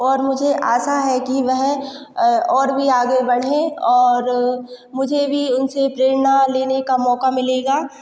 और मुझे आशा है कि वह और भी आगे बढ़े और मुझे भी उनसे प्रेरणा लेने का मौका मिलेगा